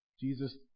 Jesus